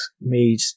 made